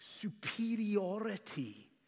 superiority